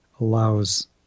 allows